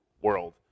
world